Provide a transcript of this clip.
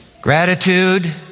Gratitude